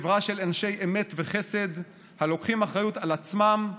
חברה של אנשי אמת וחסד, הלוקחים אחריות על עצמם,